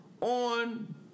on